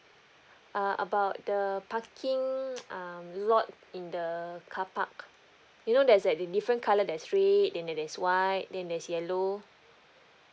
uh about the parking um lot in the carpark you know there's like the different colour there's red and then there's white then there's yellow